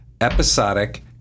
episodic